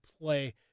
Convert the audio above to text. play